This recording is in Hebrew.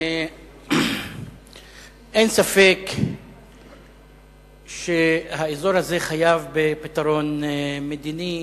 אין ספק שהאזור הזה חייב בפתרון מדיני